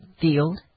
field